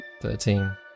Thirteen